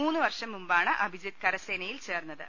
മൂന്നുവർഷം മുമ്പാണ് അഭിജിത്ത് കരസേനയിൽ ചേർന്നത്